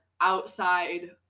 outside